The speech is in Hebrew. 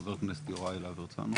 חבר הכנסת יוראי להב הרצנו.